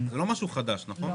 זה לא משהו חדש, נכון?